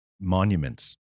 monuments